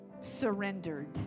surrendered